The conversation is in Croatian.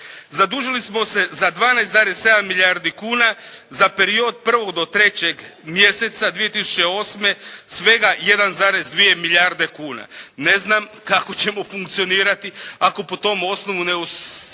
Zadužili smo se za 12,7 milijardi kuna za period 1. do 3. mjeseca 2008. svega 1,2 milijarde kuna. Ne znam kako ćemo funkcionirati ako po tom osnovu ne osiguramo